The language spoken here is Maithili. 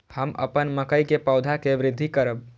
हम अपन मकई के पौधा के वृद्धि करब?